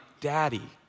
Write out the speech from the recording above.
daddy